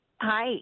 hi